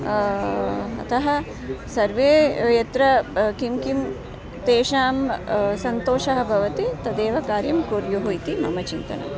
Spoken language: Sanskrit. अतः सर्वे यत्र किं किं तेषां सन्तोषः भवति तदेव कार्यं कुर्युः इति मम चिन्तनम्